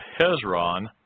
Hezron